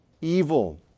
evil